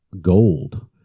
gold